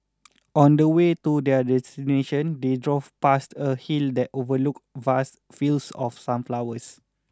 on the way to their destination they drove past a hill that overlooked vast fields of sunflowers